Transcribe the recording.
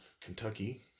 Kentucky